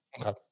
Okay